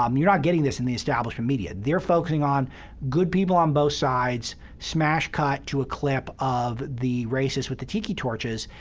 um you're not getting this in the establishment media. they're focusing on good people on both sides, smash cut to a clip of the racists with the tiki torches,